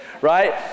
right